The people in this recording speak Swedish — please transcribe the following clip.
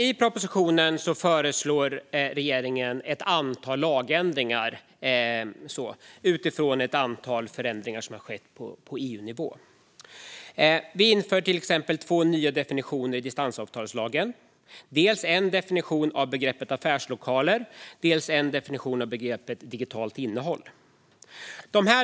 I propositionen föreslår regeringen ett antal lagändringar utifrån ett antal förändringar som har skett på EU-nivå. Vi inför till exempel två nya definitioner i distansavtalslagen, dels en definition av begreppet affärslokaler, dels en definition av begreppet digitalt innehåll.